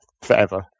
forever